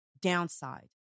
downside